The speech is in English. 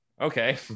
okay